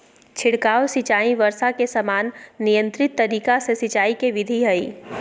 छिड़काव सिंचाई वर्षा के समान नियंत्रित तरीका से सिंचाई के विधि हई